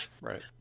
right